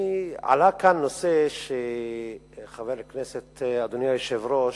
עלה כאן נושא שחבר הכנסת, אדוני היושב-ראש,